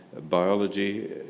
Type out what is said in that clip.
biology